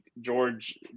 George